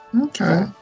Okay